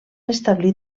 establir